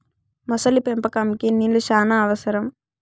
మొసలి పెంపకంకి నీళ్లు శ్యానా అవసరం